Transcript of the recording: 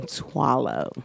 swallow